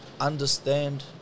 understand